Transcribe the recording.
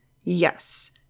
Yes